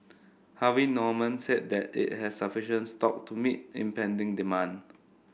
Harvey Norman said that it has sufficient stock to meet impending demand